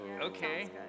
Okay